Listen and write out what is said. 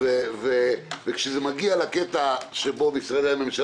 -- וכשזה מגיע לקטע שבו משרדי הממשלה